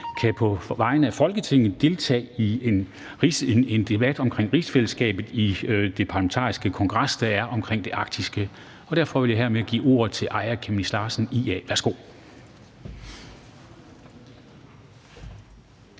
Larsen på vegne af Folketinget kan deltage i en debat omkring rigsfællesskabet i den parlamentariske kongres, der er omkring det arktiske. Derfor vil jeg hermed give ordet til fru Aaja Chemnitz Larsen, IA. Værsgo.